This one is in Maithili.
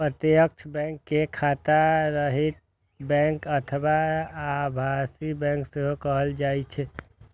प्रत्यक्ष बैंक कें शाखा रहित बैंक अथवा आभासी बैंक सेहो कहल जाइ छै